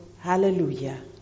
Hallelujah